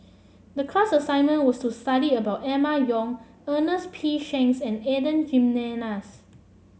the class assignment was to study about Emma Yong Ernest P Shanks and Adan Jimenez